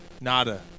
Nada